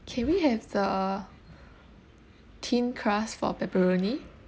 can we have the thin crust for pepperoni